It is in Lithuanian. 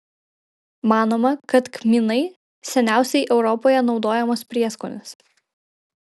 manoma kad kmynai seniausiai europoje naudojamas prieskonis